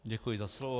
Děkuji za slovo.